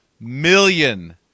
million